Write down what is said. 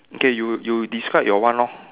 okay you you describe your one lor